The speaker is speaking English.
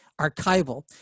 archival